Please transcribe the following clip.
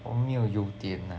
我没有优点啦